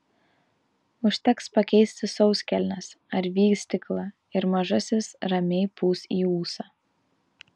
užteks pakeisti sauskelnes ar vystyklą ir mažasis ramiai pūs į ūsą